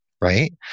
Right